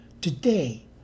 today